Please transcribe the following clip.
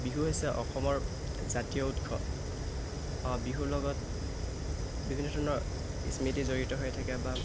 বিহু হৈছে অসমৰ জাতীয় উৎসৱ বিহুৰ লগত বিভিন্ন ধৰণৰ স্মৃতি জড়িত হৈ থাকে বা